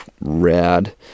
rad